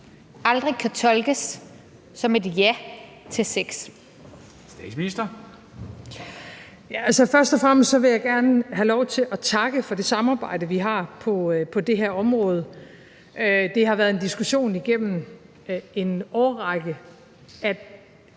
(Mette Frederiksen): Først og fremmest vil jeg gerne have lov til at takke for det samarbejde, vi har på det her område. Det har været en diskussion igennem en årrække,